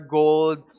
gold